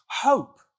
Hope